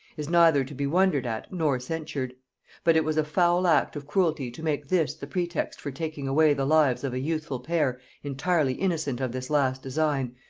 is neither to be wondered at nor censured but it was a foul act of cruelty to make this the pretext for taking away the lives of a youthful pair entirely innocent of this last design,